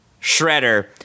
Shredder